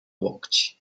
łokci